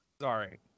Sorry